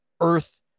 earth